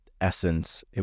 essence